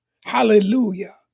Hallelujah